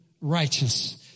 righteous